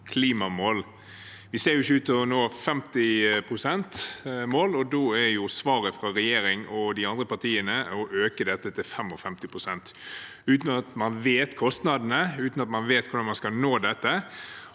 klimamål. Vi ser ikke ut til å nå 50-prosentmålet, og da er svaret fra regjeringen og de andre partiene å øke dette til 55 pst. – uten at man vet hva kostnadene blir, uten at man vet hvordan man skal nå dette,